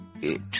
It